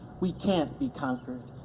we can't be conquered.